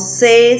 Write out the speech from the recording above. say